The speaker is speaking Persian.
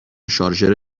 شارژر